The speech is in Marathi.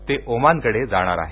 ते ओमानकडे जाणार आहे